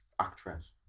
Actress